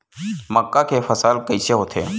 मक्का के फसल कइसे होथे?